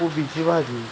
कोबीची भाजी